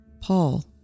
Paul